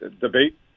debate